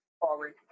forward